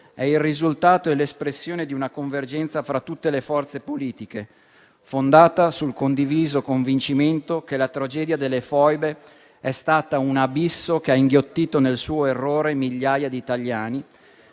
è il risultato e l'espressione di una convergenza fra tutte le forze politiche, fondata sul condiviso convincimento che la tragedia delle foibe è stata un abisso che ha inghiottito nel suo errore migliaia di italiani